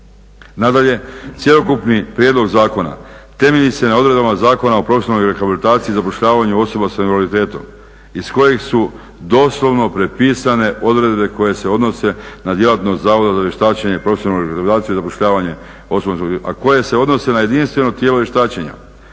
Nadalje, cjelokupni prijedlog zakona temelji se na odredbama Zakona o profesionalnoj rehabilitaciji i zapošljavanju osoba sa invaliditetom iz kojeg su doslovno prepisane odredbe koje se odnose na djelatnost Zavoda za vještačenje, profesionalnu rehabilitaciju i zapošljavanje osoba s invaliditetom a koje se odnose na jedinstveno tijelo vještačenja.